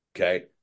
Okay